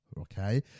okay